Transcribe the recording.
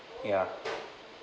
ya